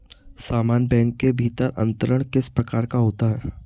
समान बैंक के भीतर अंतरण किस प्रकार का होता है?